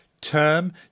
term